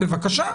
בבקשה,